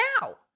now